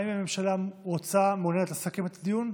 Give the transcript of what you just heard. האם הממשלה רוצה, מעוניינת, לסכם את הדיון?